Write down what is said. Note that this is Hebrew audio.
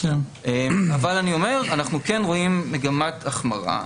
אבל אני אומר שאנחנו כן רואים מגמת החמרה.